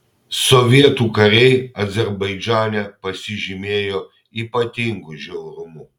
sovietų kariai azerbaidžane pasižymėjo ypatingu žiaurumu